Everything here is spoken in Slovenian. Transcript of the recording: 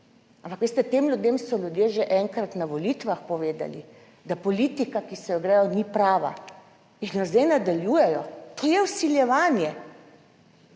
Ampak veste, tem ljudem so ljudje že enkrat na volitvah povedali, da politika, ki se jo gredo, ni prava in jo zdaj nadaljujejo. To je vsiljevanje.